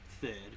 third